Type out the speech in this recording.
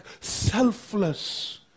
selfless